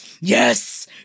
yes